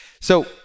So-